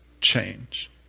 change